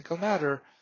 matter